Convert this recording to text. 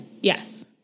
Yes